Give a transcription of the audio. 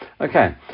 Okay